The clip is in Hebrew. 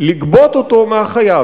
לגבות אותו מהחייב.